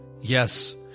Yes